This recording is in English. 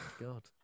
god